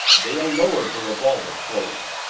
dale lowered her revolver slowly.